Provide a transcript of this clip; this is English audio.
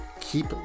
keep